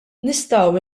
nistgħu